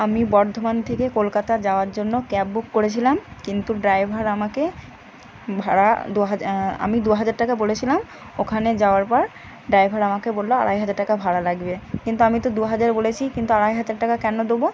আমি বর্ধমান থেকে কলকাতা যাওয়ার জন্য ক্যাব বুক করেছিলাম কিন্তু ড্রাইভার আমাকে ভাড়া দুহাজার আমি দুহাজার টাকা বলেছিলাম ওখানে যাওয়ার পর ড্রাইভার আমাকে বলল আড়াই হাজার টাকা ভাড়া লাগবে কিন্তু আমি তো দুহাজার বলেছি কিন্তু আড়াই হাজার টাকা কেন দেবো